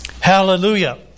Hallelujah